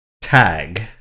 Tag